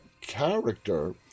character